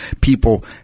people